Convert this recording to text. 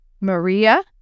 Maria